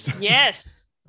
Yes